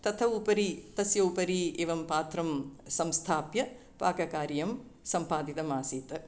तथोपरि तस्य उपरि एवं पात्रं संस्थाप्य पाककार्यं सम्पादितमासीत्